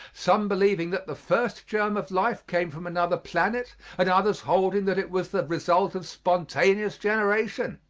some believing that the first germ of life came from another planet and others holding that it was the result of spontaneous generation.